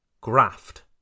graft